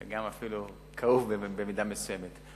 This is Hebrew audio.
וגם כאוב אפילו, במידה מסוימת.